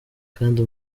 kandi